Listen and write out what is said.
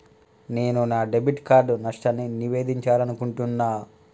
నేను నా debit card నష్టాన్ని నివేదించాలనుకుంటున్నా